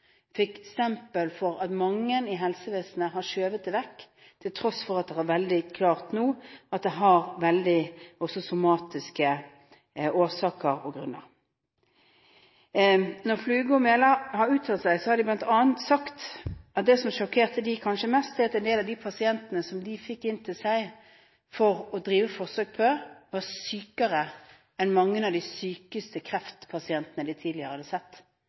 fikk et stempel av mange i helsevesenet som har skjøvet det vekk, til tross for at det nå er veldig klart at det også har somatiske årsaker og grunner. Når Fluge og Mella har uttalt seg, har de bl.a. sagt at det som kanskje sjokkerte dem mest, er at en del av de pasientene som de fikk inn til seg når de skulle drive forsøk, var sykere enn mange av de sykeste kreftpasientene de tidligere hadde sett.